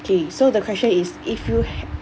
okay so the question is if you ha~